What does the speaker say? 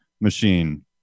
machine